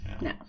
No